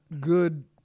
good